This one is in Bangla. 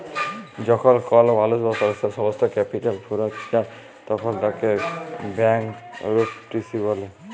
যখল কল মালুস বা সংস্থার সমস্ত ক্যাপিটাল ফুরাঁয় যায় তখল তাকে ব্যাংকরূপটিসি ব্যলে